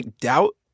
doubt